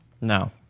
No